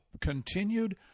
continued